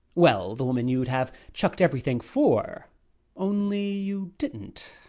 well, the woman you'd have chucked everything for only you didn't,